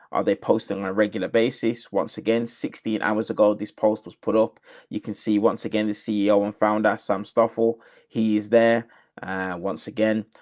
are they posting on a regular basis? once again, sixty and hours ago, this post was put up. you can see once again, the ceo and found out some stuff, or he is there a once again,